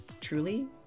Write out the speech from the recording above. truly